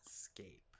Escape